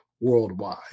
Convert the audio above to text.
worldwide